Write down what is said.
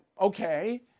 okay